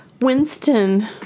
Winston